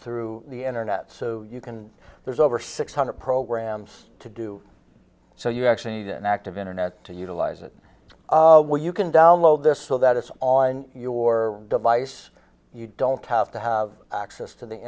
through the internet so you can there's over six hundred programs to do so you actually need an active internet to utilize it where you can download this so that it's on your device you don't have to have access to the